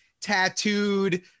Tattooed